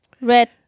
red